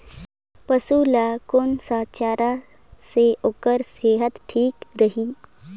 पशु ला कोन स चारा से ओकर सेहत ठीक रही?